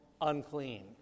unclean